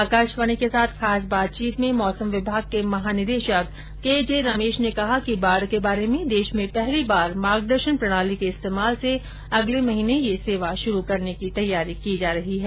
आकाशवाणी के साथ खास बातचीत में मौसम विमाग के महानिदेशक केजे रमेश ने कहा कि बाढ़ के बारे में देश में पहली बार मार्गदर्शन प्रणाली के इस्तेमाल से अगले महीने यह सेवा शुरू करने की तैयारी की जा रही है